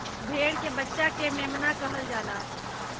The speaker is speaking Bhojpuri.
भेड़ के बच्चा के मेमना कहल जाला